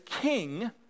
king